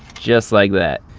just like that.